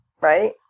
right